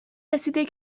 رسیده